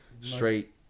straight